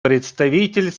представитель